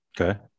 Okay